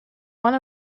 one